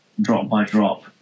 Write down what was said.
drop-by-drop